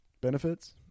Benefits